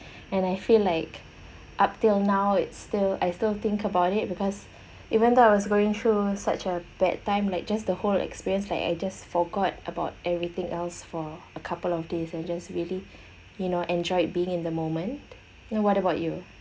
and I feel like up till now it's still I still think about it because even though I was going through such a bad time like just the whole experience like I just forgot about everything else for a couple of days and just really you know enjoyed being in the moment you know what about you